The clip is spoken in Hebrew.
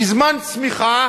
בזמן צמיחה